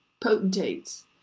potentates